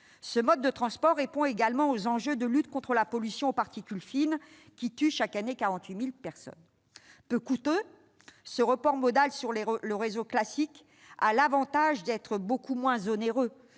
Ce mode de transport répond également aux enjeux de lutte contre la pollution aux particules fines, qui tue chaque année 48 000 personnes. Peu coûteux, ce « report modal » sur le réseau classique a l'avantage d'être beaucoup moins onéreux